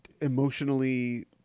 emotionally